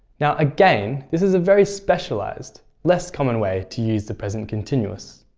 now again, this is a very specialised, less common way to use the present continuous.